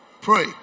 Pray